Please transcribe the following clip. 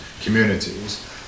communities